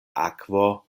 akvo